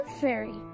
fairy